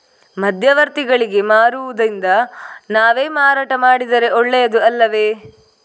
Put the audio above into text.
ಮಧ್ಯವರ್ತಿಗಳಿಗೆ ಮಾರುವುದಿಂದ ನಾವೇ ಮಾರಾಟ ಮಾಡಿದರೆ ಒಳ್ಳೆಯದು ಅಲ್ಲವೇ?